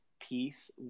Piece